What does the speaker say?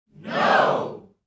No